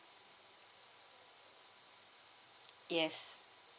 yes